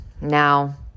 Now